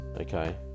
Okay